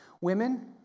Women